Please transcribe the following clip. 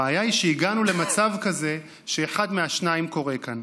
הבעיה היא שהגענו למצב כזה שאחד מהשניים קורה כאן: